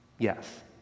Yes